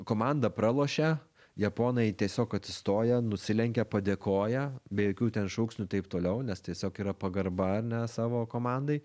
komanda pralošia japonai tiesiog atsistoja nusilenkia padėkoja be jokių ten šūksnių taip toliau nes tiesiog yra pagarba ar ne savo komandai